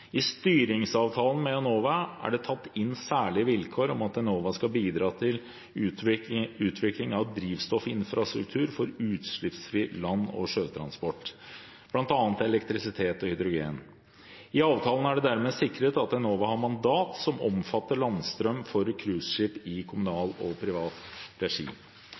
I styringsavtalen med Enova er det tatt inn særlige vilkår om at Enova skal bidra til utvikling av drivstoffinfrastruktur for utslippsfri land- og sjøtransport, bl.a. elektrisitet og hydrogen. I avtalen er det dermed sikret at Enova har mandat som omfatter landstrøm for cruiseskip i kommunal og privat regi.